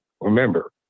remember